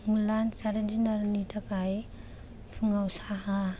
आं लान्च आरो दिनारनि थाखाय फुंआव साहा